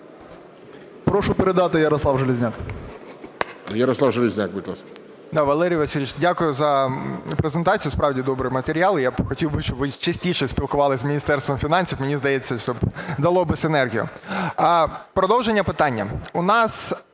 Прошу передати Ярославу Железняку. ГОЛОВУЮЧИЙ. Ярослав Железняк, будь ласка. 11:39:25 ЖЕЛЕЗНЯК Я.І. Валерій Васильович, дякую за презентацію, справді, добрий матеріал. Я б хотів, щоб ви частіше спілкувались з Міністерством фінансів. Мені здається, це дало би синергію. Продовження питання.